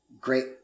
great